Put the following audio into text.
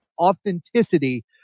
authenticity